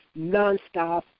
nonstop